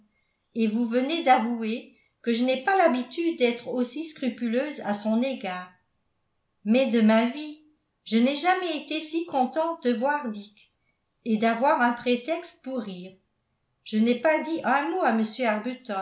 et vous venez d'avouer que je n'ai pas l'habitude d'être aussi scrupuleuse à son égard mais de ma vie je n'ai jamais été si contente de voir dick et d'avoir un prétexte pour rire je n'ai pas dit un mot à